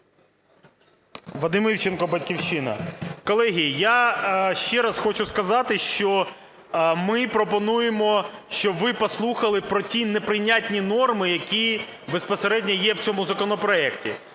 Вадим Івченко, "Батьківщина". Колеги, я ще раз хочу сказати, що ми пропонуємо, щоб ви послухали про ті неприйнятні норми, які безпосередньо в цьому законопроекті.